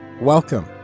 Welcome